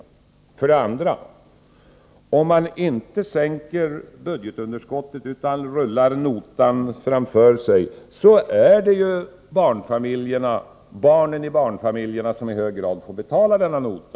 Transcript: Om man för det andra inte sänker budgetunderskottet utan rullar notan framför sig, är det i hög grad barnen i barnfamiljerna som får betala denna nota.